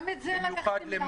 גם את זה לקחתם לנו.